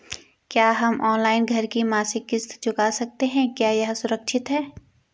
क्या हम ऑनलाइन घर की मासिक किश्त चुका सकते हैं क्या यह सुरक्षित है?